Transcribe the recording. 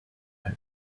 him